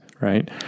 right